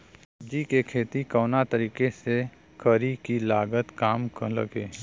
सब्जी के खेती कवना तरीका से करी की लागत काम लगे?